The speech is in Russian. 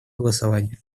голосования